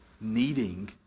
needing